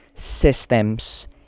Systems